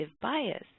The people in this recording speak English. bias